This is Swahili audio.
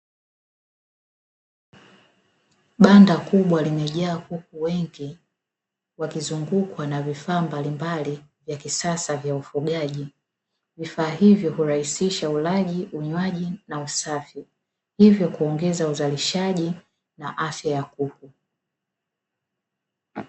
Banda kubwa limejaa kuku wengi wakizungukwa na vifaa mbalimbali vya kisasa vya ufugaji, vifaa hivyo urahisisha ulaji, unywaji na usafi, hivyo kuongeza uzarishaji na afya ya kuku.